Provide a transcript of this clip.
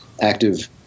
active